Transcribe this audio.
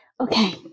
Okay